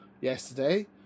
yesterday